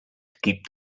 keep